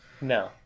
No